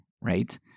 right